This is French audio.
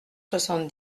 soixante